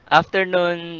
afternoon